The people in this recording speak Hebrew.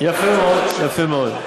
יפה מאוד.